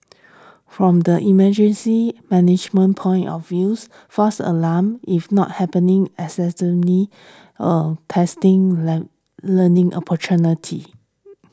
from the emergency management point of views false alarms if not happening incessantly testing learning opportunities